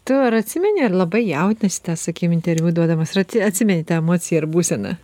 tu ar atsimeni ar labai jaudinaisi tą sakykim interviu duodamas ar atsi atsimeni tą emociją ir būseną